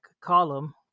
column